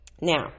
Now